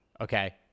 Okay